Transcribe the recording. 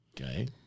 Okay